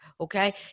okay